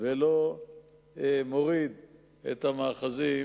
ולא מוריד את המאחזים